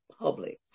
public